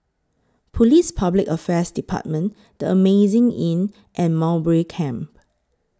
Police Public Affairs department The Amazing Inn and Mowbray Camp